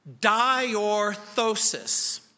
diorthosis